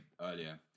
earlier